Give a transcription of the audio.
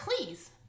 please